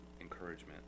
encouragement